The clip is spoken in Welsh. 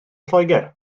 lloegr